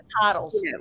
titles